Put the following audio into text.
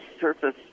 surface